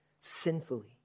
sinfully